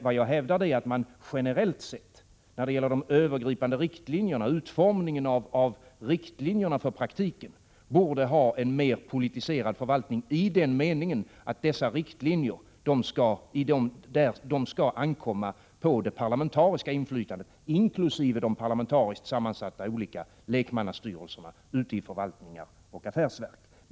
Vad jag hävdade är således att man generellt sett när det gäller de övergripande riktlinjerna, utformningen av riktlinjerna för tillämpningen, borde ha en mera politiserad förvaltning — i den meningen att dessa riktlinjer skall ankomma på det parlamentariska inflytandet, inkl. de olika parlamentariskt sammansatta lekmannastyrelserna ute i förvaltningar och affärsverk.